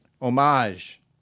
homage